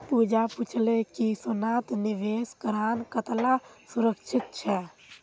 पूजा पूछले कि सोनात निवेश करना कताला सुरक्षित छे